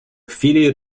chwili